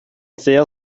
sehr